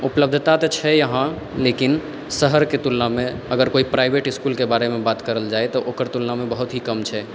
उपलब्धता तऽ छै यहाँ लेकिन शहरके तुलनामे अगर कोई प्राइवेट इसकुलके बारेमे बात करल जाइ तऽ ओकर तुलनामे बहुत ही कम छै